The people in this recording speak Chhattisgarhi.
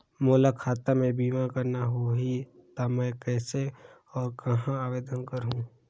मोला खाता मे बीमा करना होहि ता मैं कइसे और कहां आवेदन करहूं?